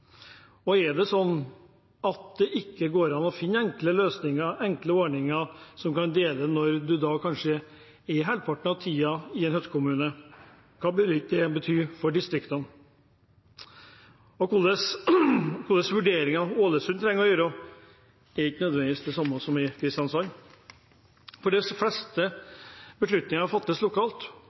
Og er det slik at det ikke går an å finne enkle løsninger, enkle ordninger når du kanskje er halvparten av tiden i en hyttekommune? Hva ville ikke det bety for distriktene? Hvilke vurderinger Ålesund trenger å gjøre, er ikke nødvendigvis de samme som i Kristiansand, for de fleste beslutninger fattes lokalt,